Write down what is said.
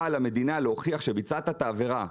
על המדינה להוכיח שביצעת את העבירה,